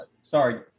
sorry